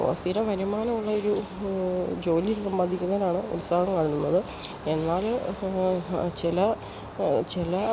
ഓ സ്ഥിര വരുമാനമുള്ള ഒരു ജോലി സമ്പാദിക്കുന്നതിലാണ് ഉത്സാഹം കാണുന്നുള്ളത് എന്നാല് ചില ചില